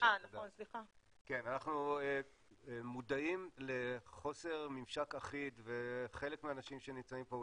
אנחנו מודעים לחוסר ממשק אחיד וחלק מהאנשים שנמצאים פה,